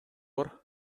бар